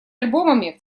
альбомами